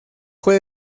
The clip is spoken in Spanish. fue